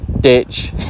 ditch